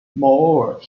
moreover